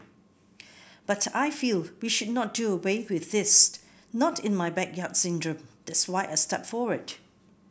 but I feel we should not do away with this not in my backyard syndrome that's why I stepped forward